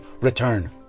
return